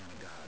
God